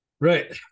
Right